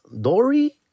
Dory